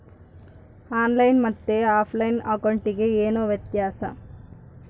On line ಮತ್ತೆ offline ಅಕೌಂಟಿಗೆ ಏನು ವ್ಯತ್ಯಾಸ?